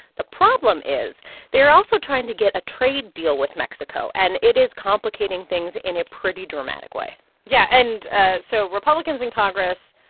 the problem is they are also trying to get a trade deal with mexico. and it is complicating things in a pretty dramatic way yeah. and so republicans in congress,